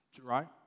right